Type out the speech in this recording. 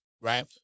right